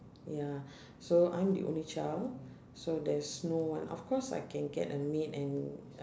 ya so I'm the only child so theres no one of course I can get a maid and